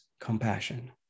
compassion